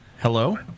Hello